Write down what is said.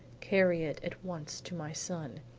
carry it at once to my son,